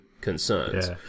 concerns